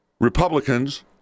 Republicans